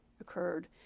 occurred